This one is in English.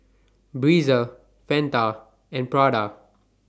Breezer Fanta and Prada